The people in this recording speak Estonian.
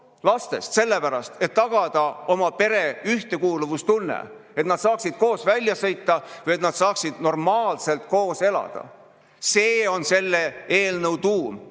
lastest selle pärast, et tagada oma pere ühtekuuluvustunne, et saaks koos välja sõita või normaalselt koos elada. See on selle eelnõu tuum,